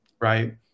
right